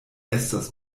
estas